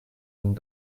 and